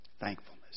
thankfulness